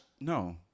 no